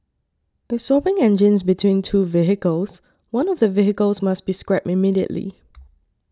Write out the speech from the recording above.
if swapping engines between two vehicles one of the vehicles must be scrapped immediately